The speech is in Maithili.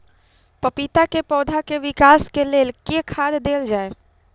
पपीता केँ पौधा केँ विकास केँ लेल केँ खाद देल जाए?